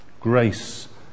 Grace